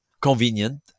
convenient